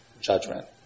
judgment